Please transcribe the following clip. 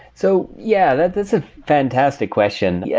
so yeah, that's a fantastic question. yeah,